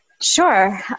Sure